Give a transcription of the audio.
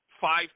five